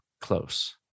close